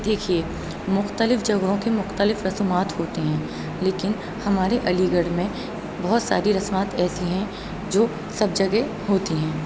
دیکھیے مختلف جگہوں کے مختلف رسومات ہوتے ہیں لیکن ہمارے علی گڑھ میں بہت ساری رسومات ایسی ہیں جو سب جگہ ہوتی ہیں